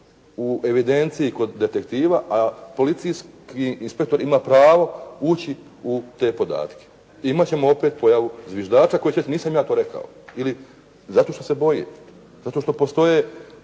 u evidenciji kod detektiva a policijski inspektor ima pravo ući u te podatke. Imamo ćemo opet pojavu zviždača koji će reći: Nisam ja to rekao. Ili, zato što se boji. Zato što postoje